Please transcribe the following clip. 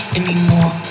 anymore